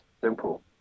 simple